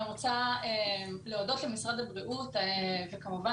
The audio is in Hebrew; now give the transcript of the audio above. אני רוצה להודות למשרד הבריאות וכמובן